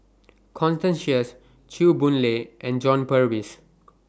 Constance Sheares Chew Boon Lay and John Purvis